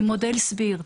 עם מודל "SBIRT".